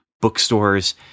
bookstores